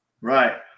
Right